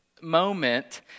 Moment